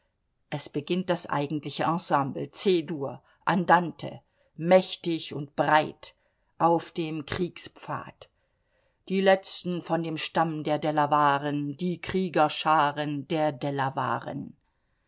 es beginnt das eigentliche ensemble c dur andante mächtig und breit auf dem kriegspfad die letzten von dem stamm der delawaren die kriegerscharen der delawaren